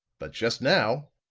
but just now,